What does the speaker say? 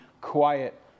quiet